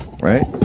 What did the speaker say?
right